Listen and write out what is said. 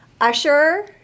Usher